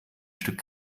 stück